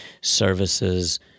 services